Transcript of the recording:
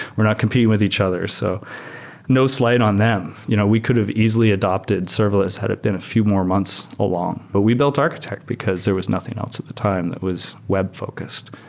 we're not competing with each other. so no slide on them you know we could have easily adopted serverless had it been a few more months along. but we built architect, because there was nothing else at the time that was web-focused.